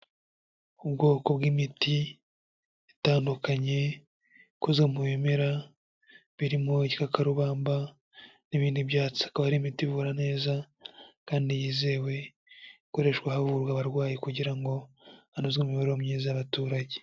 Ubwoko bw'imiti itandukanye ikoze mu bimera birimo igikakarubamba n'ibindi byatsi, akaba ari imiti ivura neza kandi yizewe ikoreshwa havurwa abarwayi kugira ngo hanozwe imibereho myiza y'abaturage.